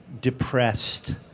depressed